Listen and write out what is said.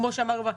כמו שאמרנו.